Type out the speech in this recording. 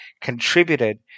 contributed